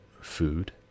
food